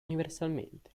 universalmente